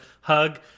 hug